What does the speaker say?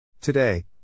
Today